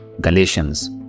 Galatians